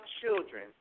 children